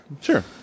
sure